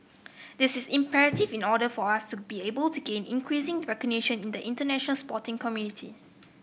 this is imperative in order for us to be able to gain increasing recognition in the international sporting community